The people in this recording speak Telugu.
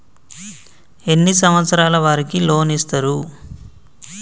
ఎన్ని సంవత్సరాల వారికి లోన్ ఇస్తరు?